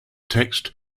text